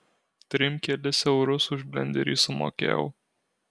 trim kelis eurus už blenderį sumokėjau